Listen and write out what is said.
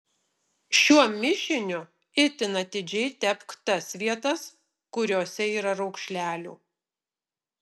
šiuo mišiniu itin atidžiai tepk tas vietas kuriose yra raukšlelių